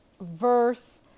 verse